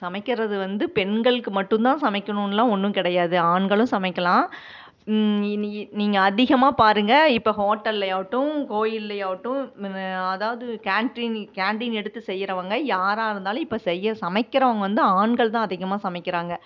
சமைக்கிறது வந்து பெண்களுக்கு மட்டும்தான் சமைக்கணுனெலாம் ஒன்னும் கிடையாது ஆண்களும் சமைக்கலாம் இனி நீங்கள் அதிகமாக பாருங்கள் இப்போ ஹோட்டல்லையாகட்டும் கோயில்லையாகட்டும் அதாவது கேன்டின் கேன்டீன் எடுத்து செய்கிறவங்க யாராக இருந்தாலும் இப்போ செய்ய சமைக்கிறவங்க வந்து ஆண்கள் தான் அதிகமாக சமைக்கிறாங்க